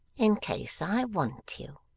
in case i want you